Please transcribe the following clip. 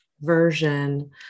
version